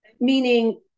meaning